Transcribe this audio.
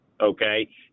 okay